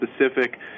specific